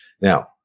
Now